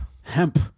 Hemp